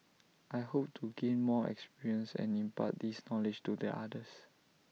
I hope to gain more experience and impart this knowledge to their others